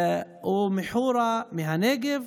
הוא מחורה, מהנגב.